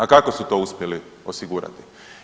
A kako su to uspjeli osigurati?